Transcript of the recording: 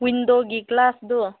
ꯋꯤꯟꯗꯣꯒꯤ ꯒ꯭ꯂꯥꯁꯗꯣ